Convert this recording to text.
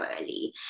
early